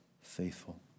faithful